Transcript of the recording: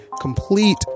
complete